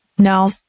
No